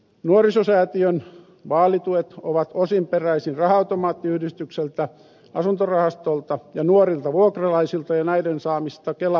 nuorisosäätiön vaalituet ovat osin peräisin raha automaattiyhdistykseltä asuntorahastolta ja nuorilta vuokralaisilta ja näiden saamista kelan asumistuista